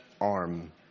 Arm